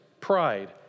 pride